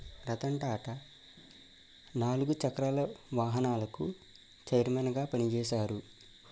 రతన్ టాటా నాలుగు చక్రాల వాహనాలకు చెయిర్మెన్గా పనిచేశారు